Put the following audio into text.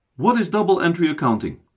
what is double entry accounting?